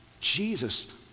Jesus